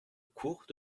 cours